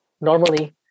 normally